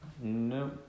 No